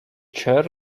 chair